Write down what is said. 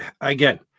again